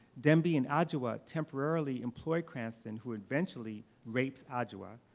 dembi and adjua temporarily employ cranston, who eventually rapes adjua,